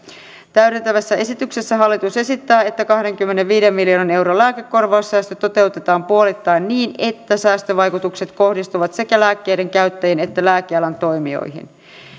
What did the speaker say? täydentävässä esityksessä hallitus esittää että kahdenkymmenenviiden miljoonan euron lääkekorvaussäästö toteutetaan puolittain niin että säästövaikutukset kohdistuvat sekä lääkkeiden käyttäjiin että lääkealan toimijoihin